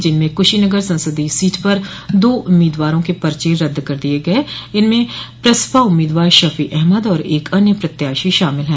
जिसमें कुशीनगर संसदीय सीट पर दो उम्मीदवारों के पर्चे रदद कर दिये गये इसमें प्रसपा उम्मीदवार शफी अहमद और एक अन्य प्रत्याशी शामिल है